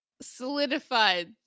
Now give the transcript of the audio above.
solidified